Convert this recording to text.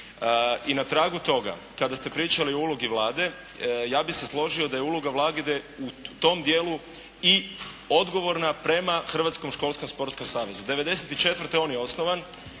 I na tragu toga, kada ste pričali o ulozi Vlade, ja bih se složio da je uloga Vlade u tome dijelu i odgovorna prema Hrvatskom školskom sportskom savezu. 94.-te on je osnovan,